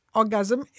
orgasm